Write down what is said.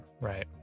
right